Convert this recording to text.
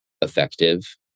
effective